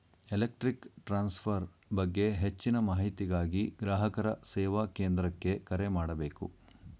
electric transfer ಬಗ್ಗೆ ಹೆಚ್ಚಿನ ಮಾಹಿತಿಗಾಗಿ ಗ್ರಾಹಕರ ಸೇವಾ ಕೇಂದ್ರಕ್ಕೆ ಕರೆ ಮಾಡಬೇಕು